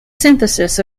synthesis